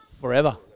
forever